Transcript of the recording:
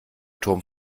turm